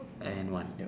and one